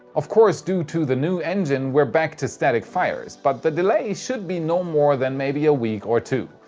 of course due to the new engine, we're back to static fires, but the delay should be no more than maybe a week or two,